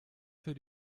für